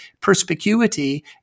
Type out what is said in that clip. perspicuity